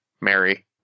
Mary